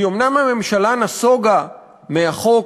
כי אומנם הממשלה נסוגה מהחוק,